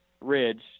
ridge